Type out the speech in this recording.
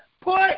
Put